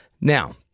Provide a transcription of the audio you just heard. Now